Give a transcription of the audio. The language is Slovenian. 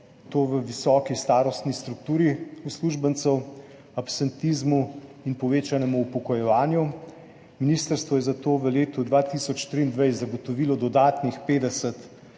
to v visoki starostni strukturi uslužbencev, absentizmu in povečanem upokojevanju. Ministrstvo je zato v letu 2023 zagotovilo dodatnih 50